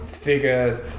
Figure